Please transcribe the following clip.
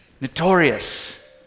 Notorious